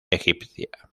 egipcia